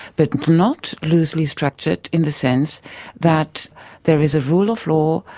but not loosely structured in the sense that there is a rule of law,